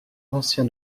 ancien